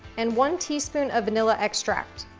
and one teaspoon of vanilla extract.